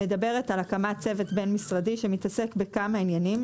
מדברת על הקמת צוות בין משרדי שמתעסק בכמה עניינים,